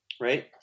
right